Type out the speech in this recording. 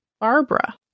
Barbara